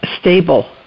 stable